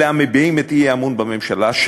אלה המביעים את האי-אמון בממשלה,